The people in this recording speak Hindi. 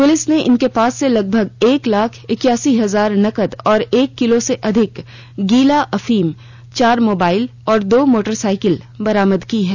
पुलिस ने इनके पास से लगभग एक लाख इक्यासी हजार नकद और एक किलो से अधिक गीला अफीम चार मोबाइल और दो मोटरसाइकिल बरामद की है